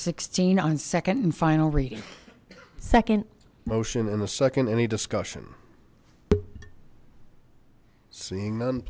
sixteen on second and final read the second motion and the second any discussion seeing them